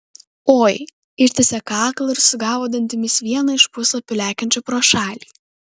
oi ištiesė kaklą ir sugavo dantimis vieną iš puslapių lekiančių pro šalį